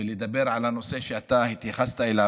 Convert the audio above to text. ולדבר על הנושא שאתה התייחסת אליו,